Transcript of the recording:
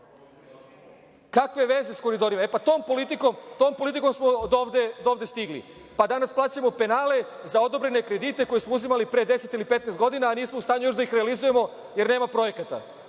Kakve veze sa Koridorima. Tom politikom smo dovde stigli, pa danas plaćamo penale za odobrene kredite koje smo uzimali pre deset ili 15 godina a nismo u stanju još da ih realizujemo jer nema projekata.